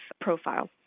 profile